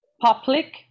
public